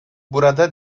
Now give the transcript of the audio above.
burada